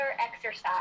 exercise